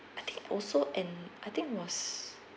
I think also in I think was